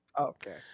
okay